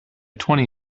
twenty